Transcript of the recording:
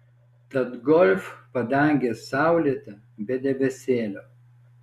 tad golf padangė saulėta be debesėlio